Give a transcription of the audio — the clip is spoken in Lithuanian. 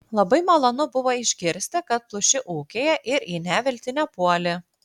labai malonu buvo išgirsti kad pluši ūkyje ir į neviltį nepuoli